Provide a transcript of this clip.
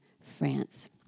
France